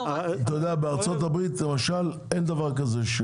אתה יודע, בארצות-הברית למשל אין דבר כזה.